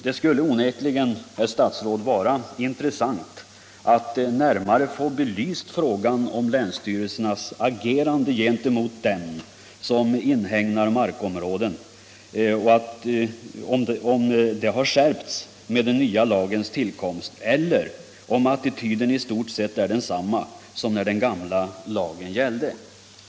Det skulle onekligen, herr statsråd, vara intressant att närmare få belyst om länsstyrelsernas agerande gentemot dem som inhägnar markområden har skärpts med den nya lagens tillkomst eller om attityden i stort sett är densamma som när den gamla lagen gällde.